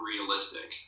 realistic